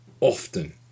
often